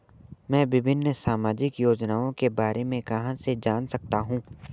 मैं विभिन्न सामाजिक योजनाओं के बारे में कहां से जान सकता हूं?